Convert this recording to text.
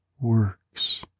works